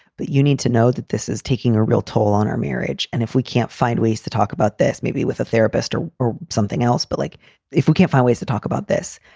but you need to know that this is taking a real toll on our marriage. and if we can't find ways to talk about this, maybe with a therapist or or something else, but like if we can't find ways to talk about this,